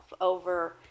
over